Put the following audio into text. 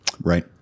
Right